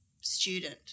student